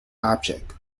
object